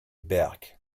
berg